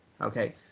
okay